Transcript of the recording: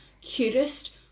cutest